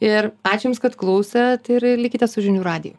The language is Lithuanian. ir ačiū jums kad klausėt ir likite su žinių radiju